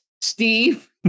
Steve